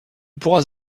pourras